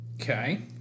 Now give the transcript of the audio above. Okay